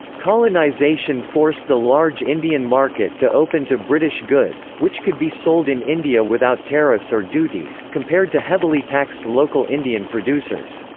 colonization forced the large indian market to open to british goods, which could be sold in india without tariffs or duties, compared to heavily taxed local indian producers.